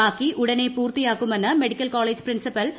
ബാക്കി ഉടനെ പൂർത്തിയാക്കുമെന്ന് മെഡിക്കൽകോളേജ് പ്രിൻസ്പിപ്പൽ ഡോ